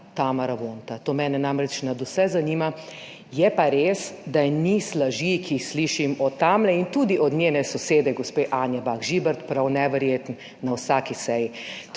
Tamara Vonta. To mene namreč nadvse zanima. Je pa res, da je niz laži, ki jih slišim od tamle in tudi od njene sosede gospe Anje Bah Žibert prav neverjeten, na vsaki seji.